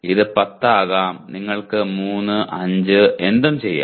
ഇത് 10 ആകാം നിങ്ങൾക്ക് 3 5 എന്തും ചെയ്യാം